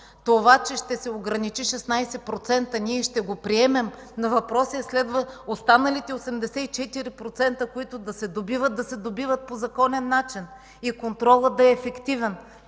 Това, че ще се ограничи износът 16%, ще го приемем, но остава въпросът останалите 84%, които се добиват, да се добиват по законен начин и контролът да е ефективен.